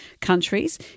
countries